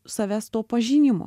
savęs to pažinimo